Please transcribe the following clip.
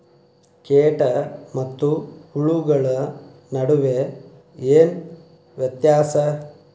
ಕೇಟ ಮತ್ತು ಹುಳುಗಳ ನಡುವೆ ಏನ್ ವ್ಯತ್ಯಾಸ?